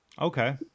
Okay